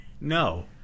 no